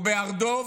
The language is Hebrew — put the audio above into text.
או בהר דב,